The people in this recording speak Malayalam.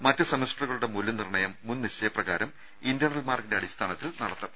മറ്റു സെമസ്റ്ററുകളുടെ മൂല്യനിർണയം മുൻനിശ്ചയപ്രകാരം ഇന്റേണൽ മാർക്കിന്റെ അടിസ്ഥാനത്തിൽ നടത്തും